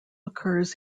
occurs